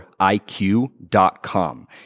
iq.com